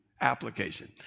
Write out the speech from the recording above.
application